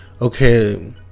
okay